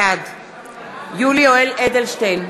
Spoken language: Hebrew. בעד יולי יואל אדלשטיין,